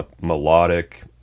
melodic